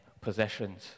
possessions